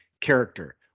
character